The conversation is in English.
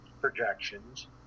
projections